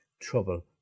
trouble